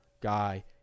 guy